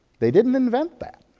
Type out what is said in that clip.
they didn't invent that.